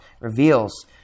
reveals